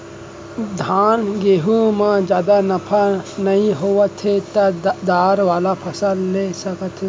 धान, गहूँ म जादा नफा नइ होवत हे त दार वाला फसल ल ले सकत हे